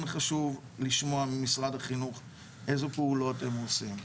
כן חשוב לשמוע ממשרד החינוך איזה פעולות הם עושים.